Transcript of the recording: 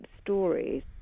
stories